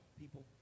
people